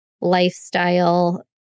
lifestyle